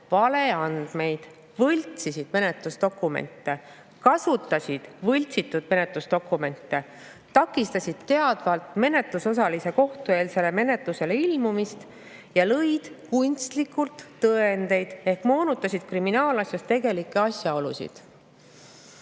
valeandmeid, võltsisid menetlusdokumente, kasutasid võltsitud menetlusdokumente, takistasid teadvalt menetlusosalise kohtueelsele menetlusele ilmumist ja lõid kunstlikult tõendeid ehk moonutasid kriminaalasjas tegelikke asjaolusid.